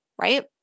right